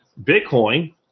Bitcoin